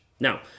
Now